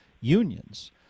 unions